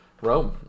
Rome